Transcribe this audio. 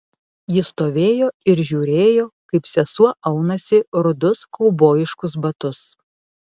ji stovėjo ir žiūrėjo kaip sesuo aunasi rudus kaubojiškus batus